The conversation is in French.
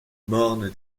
morne